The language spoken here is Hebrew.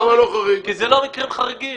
כי זה לא מקרים חריגים.